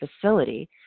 facility